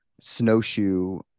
snowshoe